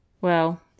Well